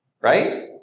right